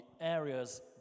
areas